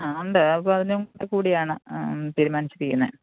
ആ ഉണ്ട് അപ്പം അതിന് ഒക്കെക്കൂടിയാണ് തീരുമാനിച്ചിരിക്കുന്നത്